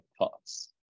Thoughts